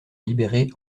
libérée